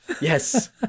Yes